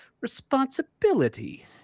responsibility